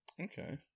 Okay